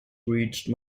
reached